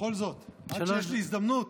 בכל זאת, עד שיש לי הזדמנות.